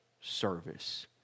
service